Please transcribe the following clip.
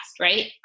right